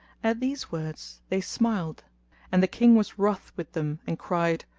at these words they smiled and the king was wroth with them and cried,